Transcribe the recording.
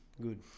Good